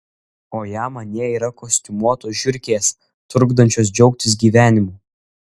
o jam anie yra kostiumuotos žiurkės trukdančios džiaugtis gyvenimu